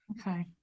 Okay